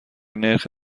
نرخ